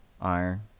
iron